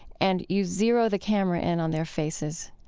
and you zero the camera in on their faces,